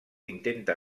intenta